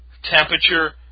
temperature